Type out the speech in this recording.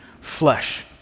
flesh